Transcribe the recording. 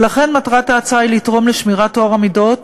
ולכן מטרת ההצעה היא לתרום לשמירת טוהר המידות.